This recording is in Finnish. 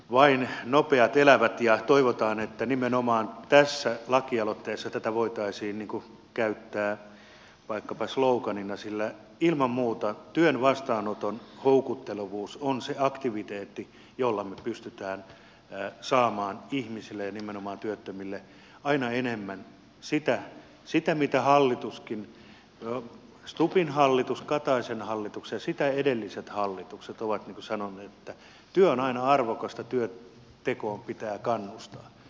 vain nopeat elävät ja toivotaan että nimenomaan tässä lakialoitteessa tätä voitaisiin käyttää vaikkapa sloganina sillä ilman muuta työn vastaanoton houkuttelevuus on se aktiviteetti jolla me pystymme saamaan ihmisille ja nimenomaan työttömille aina enemmän sitä mitä hallituskin stubbin hallitus kataisen hallitus ja sitä edelliset hallitukset ovat sanoneet että työ on aina arvokasta työntekoon pitää kannustaa